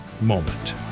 moment